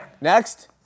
next